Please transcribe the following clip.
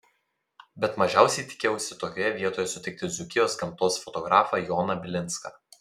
bet mažiausiai tikėjausi tokioje vietoje sutikti dzūkijos gamtos fotografą joną bilinską